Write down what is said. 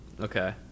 okay